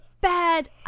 bad